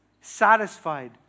satisfied